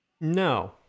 No